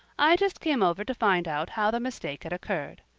i just came over to find out how the mistake had occurred.